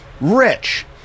rich